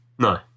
No